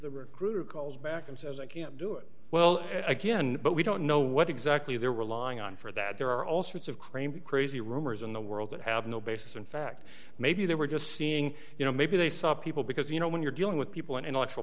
the recruiter calls back and says i can't do it well again but we don't know what exactly they're relying on for that there are all sorts of crane crazy rumors in the world that have no basis in fact maybe they were just seeing you know maybe they saw people because you know when you're dealing with people and